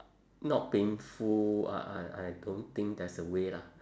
not painful uh I I don't think there's a way lah